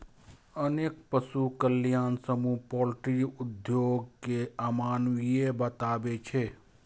अनेक पशु कल्याण समूह पॉल्ट्री उद्योग कें अमानवीय बताबै छै